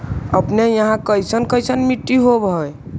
अपने यहाँ कैसन कैसन मिट्टी होब है?